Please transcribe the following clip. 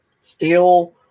steel